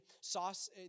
sauce